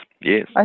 Yes